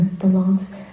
belongs